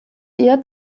ihr